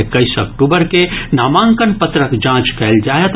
एक्कैस अक्टूबर के नामांकन पत्रक जांच कयल जायत